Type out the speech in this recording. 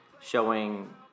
showing